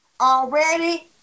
already